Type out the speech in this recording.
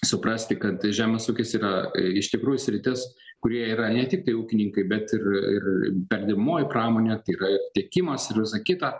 suprasti kad žemės ūkis yra iš tikrųjų sritis kurie yra ne tiktai ūkininkai bet ir ir perdirbamoji pramonė tai yra tiekimas ir visa kita